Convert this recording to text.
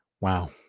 wow